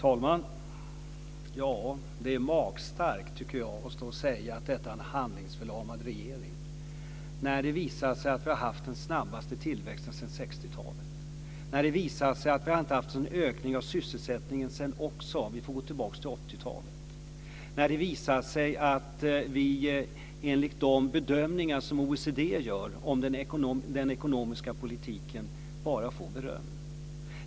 Fru talman! Det är magstarkt, tycker jag, att stå och säga att detta är en handlingsförlamad regering. Det har visat sig att vi har haft den snabbaste tillväxten sedan 60-talet. Det har visat sig att vi inte har haft en så stor ökning av sysselsättningen sedan 80-talet. Det har visat sig att vi, enligt de bedömningar som OECD gör om den ekonomiska politiken, bara får beröm.